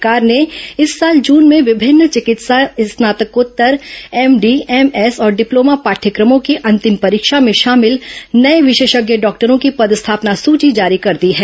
राज्य सरकार ने इस साल जून में विभिन्न चिकित्सा स्नातकोत्तर एमडी एमएस और डिप्लोमा पाठयक्रमों की अंतिम परीक्षा में शामिल नये विशेषज्ञ डॉक्टरों की पदस्थापना सूची जारी कर दी है